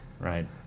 right